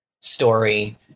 story